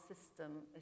system